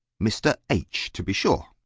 mr. h. to be sure.